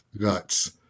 guts